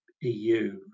EU